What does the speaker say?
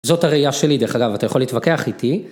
זאת הראייה שלי דרך אגב, אתה יכול להתווכח איתי.